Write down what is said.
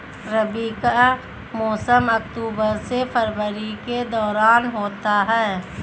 रबी का मौसम अक्टूबर से फरवरी के दौरान होता है